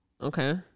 Okay